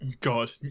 God